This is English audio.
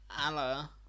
Allah